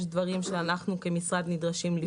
יש דברים שאנחנו כמשרד נדרשים להם.